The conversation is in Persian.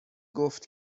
گفت